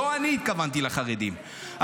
לא אני התכוונתי לחרדים,